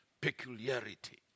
peculiarity